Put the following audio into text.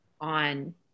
on